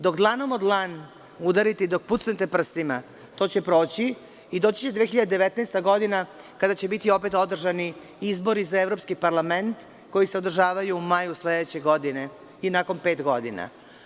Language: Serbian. Dok dlanom od dlan udarite i dok pucnete prstima, to će proći i doći će 2019. godina, kada će biti opet održani izbori za evropski parlament, koji se održavaju u maju sledeće godine i nakon pet godina.